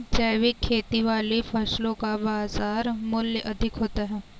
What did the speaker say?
जैविक खेती वाली फसलों का बाजार मूल्य अधिक होता है